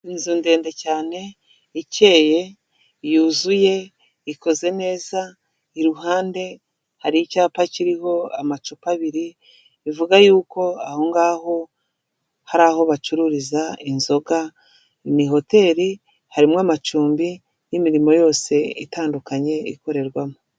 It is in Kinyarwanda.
Inzu ndende cyane ikeye yuzuye ikoze neza iruhande hari icyapa kiriho amacupa abiri ivuga yuko aho ngaho hari aho bacururiza inzoga, ni hoteli harimwo amacumbi n'imirimo yose itandukanye ikorerwamo.